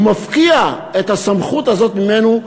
הוא מפקיע את הסמכות הזאת ממנו,